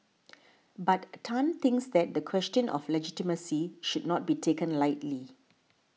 but Tan thinks that the question of legitimacy should not be taken lightly